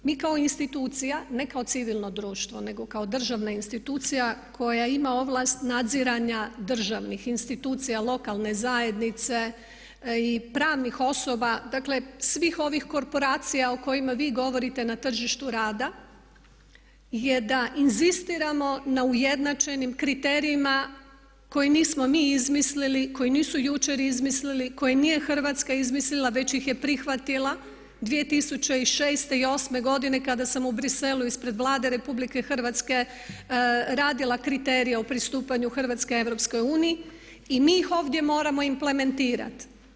Mi kao institucija, ne kao civilno društvo nego kao državna institucija koja ima ovlast nadziranja državnih institucija lokalne zajednice i pravnih osoba, dakle svih ovih korporacija o kojima vi govorite na tržištu rada je da inzistiramo na ujednačenim kriterijima koje nismo mi izmislili, koji nisu jučer izmislili, koji nije Hrvatska izmislila već ih je prihvatila 2006. i 2008. godine kada sam u Bruxellesu ispred Vlade RH, radila kriterije o pristupanju Hrvatske RU i mi ih ovdje moramo implementirati.